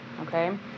Okay